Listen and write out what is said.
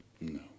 No